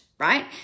Right